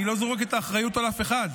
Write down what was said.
אני לא זורק את האחריות על אף אחד.